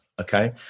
okay